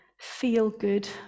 feel-good